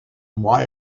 why